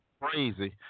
crazy